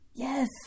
Yes